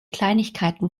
kleinigkeiten